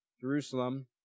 Jerusalem